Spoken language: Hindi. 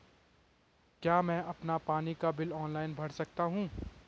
क्या मैं अपना पानी का बिल ऑनलाइन भर सकता हूँ?